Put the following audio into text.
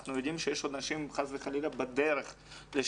אנחנו יודעים שיש עוד אנשים, חס וחלילה, בדרך לשם.